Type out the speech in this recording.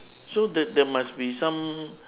so there there must be some